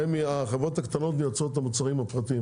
החברות הקטנות מייצרות את המוצרים הפרטיים,